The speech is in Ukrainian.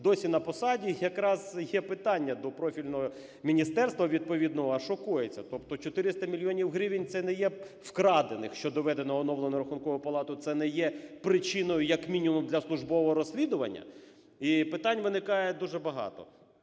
досі на посаді. Якраз є питання до профільного міністерства відповідного: а що коїться? Тобто 400 мільйонів гривень – це не є вкрадених, що доведено оновленою Рахунковою палатою, це не є причиною як мінімум для службового розслідування? І питань виникає дуже багато.